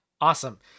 Awesome